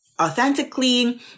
authentically